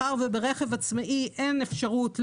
ובמקרה כזה לא מוסרים לנהג הודעה על ההשבתה אלא